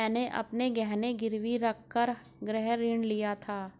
मैंने अपने गहने गिरवी रखकर गृह ऋण लिया था